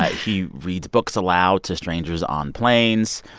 he reads books aloud to strangers on planes.